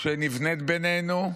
שנבנית בינינו,